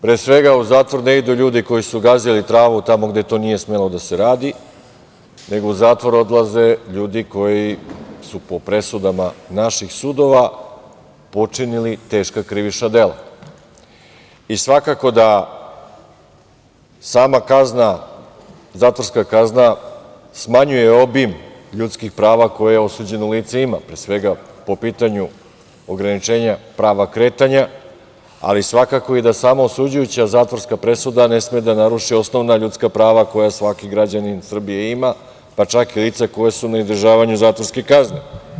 Pre svega, u zatvor ne idu ljudi koji su gazili travu tamo gde to nije smelo da se radi, nego u zatvor odlaze ljudi koji su po presudama naših sudova počinili teška krivična dela i svakako da sama zatvorska kazna smanjuje obim ljudskih prava koje osuđeno lice ima, pre svega po pitanju ograničenja prava kretanja, ali svakako i da sama osuđujuća zatvorska presuda ne sme da naruši osnovna ljudska prava koja svaki građanin Srbije ima, pa čak i lica koja su na izdržavanju zatvorske kazne.